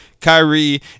Kyrie